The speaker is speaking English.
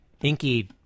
inky